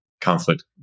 conflict